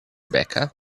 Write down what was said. becca